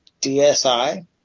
DSi